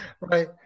Right